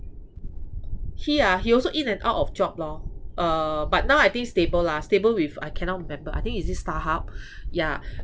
he ah he also in and out of job lor uh but now I think stable lah stable with I cannot remember I think is it starhub yeah